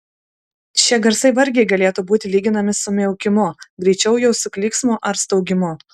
šie garsai vargiai galėtų būti lyginami su miaukimu greičiau jau su klyksmu ar staugimu